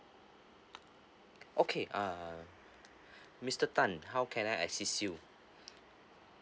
okay uh mister tan how can I assist you